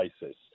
basis